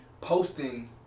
posting